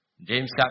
James